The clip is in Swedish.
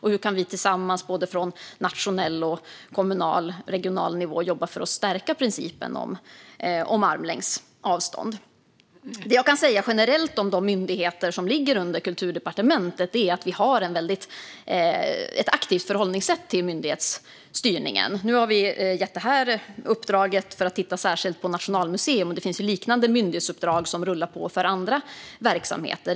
Hur kan vi tillsammans från nationell, kommunal och regional nivå jobba för att stärka principen om armlängds avstånd? Vad gäller de myndigheter som ligger under Kulturdepartementet kan jag generellt säga att vi har ett aktivt förhållningssätt till myndighetsstyrningen. Vi har nu gett detta uppdrag för att särskilt titta på Nationalmuseum, och det finns liknande myndighetsuppdrag som rullar på för andra verksamheter.